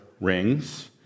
rings